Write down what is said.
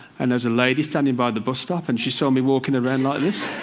and there was a lady standing by the bus stop. and she saw me walking around like this.